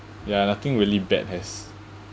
ya nothing really bad has